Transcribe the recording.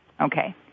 Okay